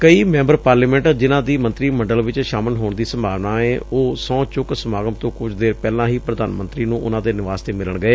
ਕਈ member parliament ਜਿਨੂਾ ਦੀ ਮੰਤਰੀ ਮੰਡਲ ਚ ਸ਼ਾਮਲ ਹੋਣ ਦੀ ਸੰਭਾਵਨਾ ਏ ਉਹ ਸਹੁੰ ਚੁੱਕ ਸਮਾਗਮ ਤੋਂ ਕੁਝ ਦੇਰ ਪਹਿਲਾਂ ਹੀੱ ਪ੍ਧਾਨ ਮੰਤਰੀ ਨੂੰ ਉਨ੍ਹਾਂ ਦੇ ਨਿਵਾਸ ਤੇ ਮਿਲਣ ਗਏ